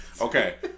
Okay